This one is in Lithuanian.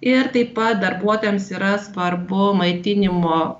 ir taip pat darbuotojams yra svarbu maitinimo